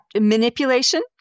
Manipulation